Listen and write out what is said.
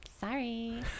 sorry